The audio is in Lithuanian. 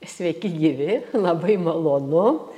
sveiki gyvi labai malonu